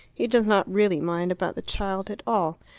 he does not really mind about the child at all.